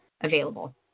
available